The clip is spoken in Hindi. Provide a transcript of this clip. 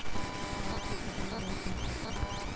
आज की खजूर बहुत मीठी थी